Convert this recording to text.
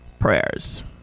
Prayers